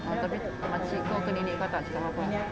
makcik kau ke nenek kau tak cakap apa-apa ah